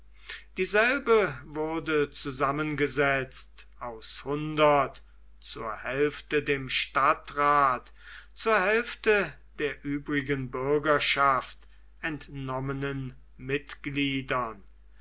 dieselbe wurde zusammengesetzt aus hundert zur hälfte dem stadtrat zur hälfte der übrigen bürgerschaft entnommenen mitgliedern